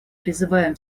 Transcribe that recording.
призываем